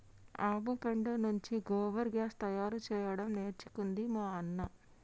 ఆవు పెండ నుండి గోబర్ గ్యాస్ తయారు చేయడం నేర్చుకుంది మా అన్న